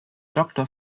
doctor